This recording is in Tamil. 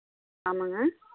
ஆமாங்க